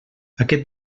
aquest